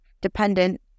dependent